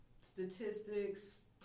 statistics